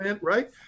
right